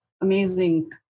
amazing